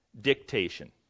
dictation